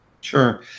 Sure